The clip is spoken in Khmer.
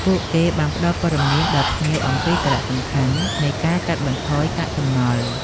ពួកគេបានផ្តល់ព័ត៌មានដល់ភ្ញៀវអំពីសារៈសំខាន់នៃការកាត់បន្ថយកាកសំណល់។